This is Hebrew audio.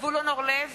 זבולון אורלב,